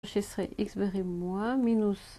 X בריבוע מינוס